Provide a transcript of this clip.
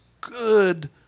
good